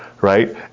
right